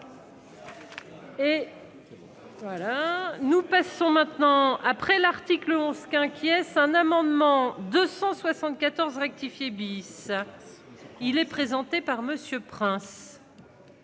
nous passons maintenant, après l'article 11 inquiet-ce un amendement 274 rectifié bis, il est présenté par Monsieur Prince.